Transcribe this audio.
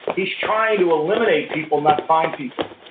he's trying to eliminate people, not find people,